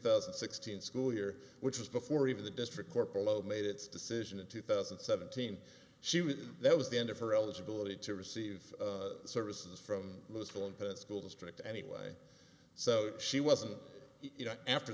thousand and sixteen school year which is before even the district court below made its decision in two thousand and seventeen she would that was the end of her eligibility to receive services from mosul and put school district anyway so she wasn't you know after